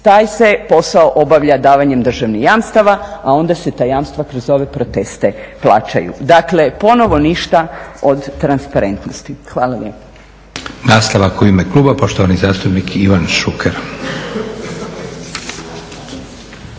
taj se posao obavlja davanjem državnih jamstava, a onda se ta jamstva kroz ove proteste plaćaju. Dakle, ponovo ništa od transparentnosti. Hvala